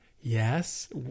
Yes